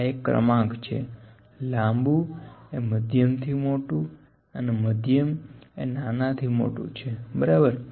આ એક ક્રમાંક છે લાંબુ એ મધ્યમ થી મોટું અને મધ્યમ એ નાનાથી મોટું છે બરાબર